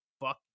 fuck